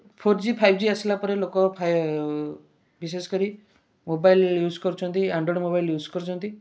four G five G ଆସିଲା ପରେ ଲୋକ ବିଶେଷ କରି ମୋବାଇଲ୍ ୟୁଜ୍ କରୁଛନ୍ତି ଆଣ୍ଡ୍ରୋଏଡ଼୍ ମୋବାଇଲ୍ ୟୁଜ୍ କରୁଛନ୍ତି